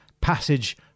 passage